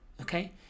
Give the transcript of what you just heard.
okay